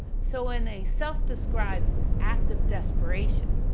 so in a self-described act of desperation,